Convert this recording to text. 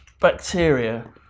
bacteria